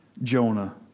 Jonah